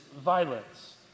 violence